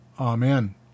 Amen